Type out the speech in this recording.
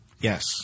Yes